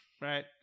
Right